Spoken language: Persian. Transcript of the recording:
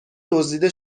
دزدیده